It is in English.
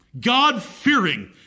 God-fearing